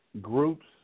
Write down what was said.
groups